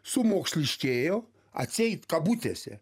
sumoksliškėjo atseit kabutėse